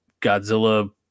Godzilla